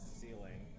ceiling